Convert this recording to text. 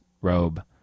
robe